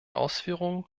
ausführungen